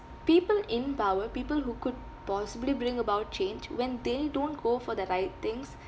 people in power people who could possibly bring about change when they don't go for the right things